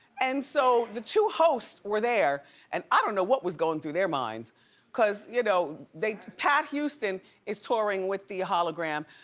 and so the two hosts were there and i don't know what was going through their minds cause you know pat houston is touring with the hologram.